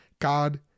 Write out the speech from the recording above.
God